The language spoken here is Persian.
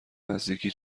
نزدیکی